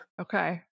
Okay